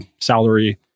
salary